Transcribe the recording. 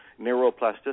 Neuroplasticity